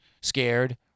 scared